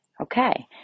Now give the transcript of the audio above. Okay